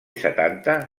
setanta